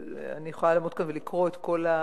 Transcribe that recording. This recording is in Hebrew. אני יכולה לעמוד כאן ולקרוא את כל,